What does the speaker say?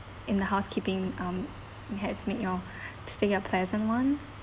in the housekeeping um has make your stay a pleasant one